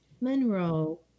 Monroe